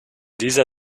dieser